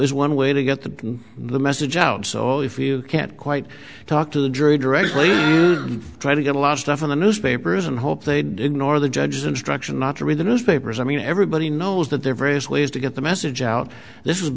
is one way to get the the message out so if you can't quite talk to the jury directly try to get a lot of stuff in the newspapers and hope they didn't or the judge's instructions not to read the newspapers i mean everybody knows that there are various ways to get the message out this